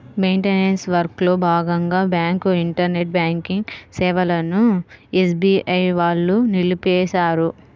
maintenance వర్క్లో భాగంగా bank internet banking సేవలను ఎస్బీఐ వాళ్ళు నిలిపేశారు